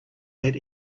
had